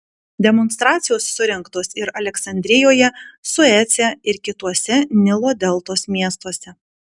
demonstracijos surengtos ir aleksandrijoje suece ir kituose nilo deltos miestuose